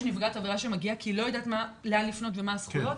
נפגעת עבירה שמגיעה כי היא לא יודעת לאן לפנות ומה הזכויות,